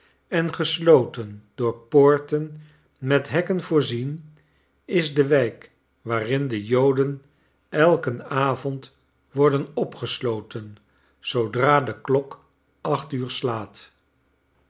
en gesloten door poorten met hekken voorzien is de wijk waarin de joden elken avond worden opgesioten zoodra de kolk acht uur slaat